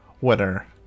winner